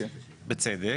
בצדק,